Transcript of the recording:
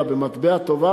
אלא במטבע טוב,